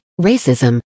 racism